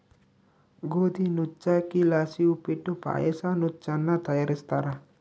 ಗೋದಿ ನುಚ್ಚಕ್ಕಿಲಾಸಿ ಉಪ್ಪಿಟ್ಟು ಪಾಯಸ ನುಚ್ಚನ್ನ ತಯಾರಿಸ್ತಾರ